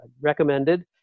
recommended